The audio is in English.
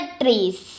trees